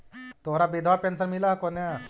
तोहरा विधवा पेन्शन मिलहको ने?